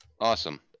Awesome